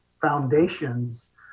foundations